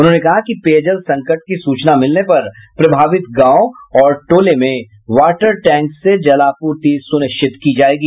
उन्होंने कहा कि पेयजल संकट की सूचना मिलने पर प्रभावित गांव और टोले में वाटर टैंको से जलापूर्ति सुनिश्चित की जायेगी